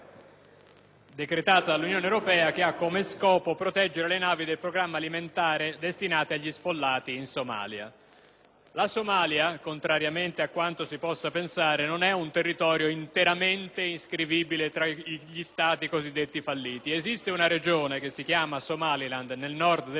decretata dall'Unione europea, che ha come scopo la protezione delle navi del programma alimentare destinato agli sfollati in Somalia. La Somalia, contrariamente a quanto si possa pensare, non è un territorio interamente iscrivibile tra i cosiddetti Stati falliti: nel Nord del Paese esiste una Regione, che si chiama Somaliland, dove